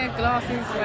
glasses